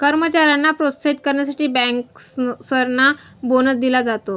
कर्मचाऱ्यांना प्रोत्साहित करण्यासाठी बँकर्सना बोनस दिला जातो